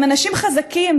הם אנשים חזקים,